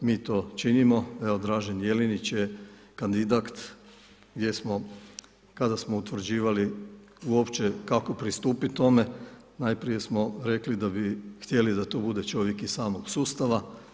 Mi to činimo, Dražen Jelinić je kandidat, kada smo utvrđivali uopće kako pristupit tome, najprije smo rekli da bi htjeli da to bude čovjek iz samog sustava.